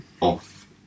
off